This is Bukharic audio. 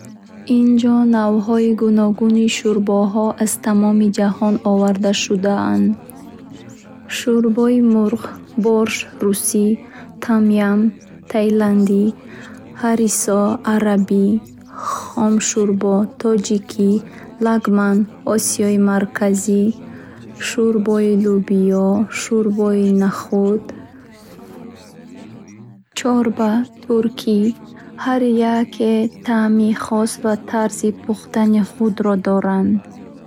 Инҷо навъҳои гуногуни шӯрбоҳо аз тамоми ҷаҳон оварда шудаанд: шӯрбои мурғ, борщ русӣ, том ям таиландӣ, ҳарисо арабӣ, хом шурбо точики, лагман (осиёи марказӣ, шӯрбои лӯбиё, шӯрбои нахӯд, гаспачо (испанӣ), фо (виетнамӣ), чорба (туркӣ). Ҳар яке таъми хос ва тарзи пухтани худро дорад.